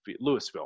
Louisville